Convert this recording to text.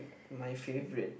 my favourite